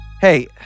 Hey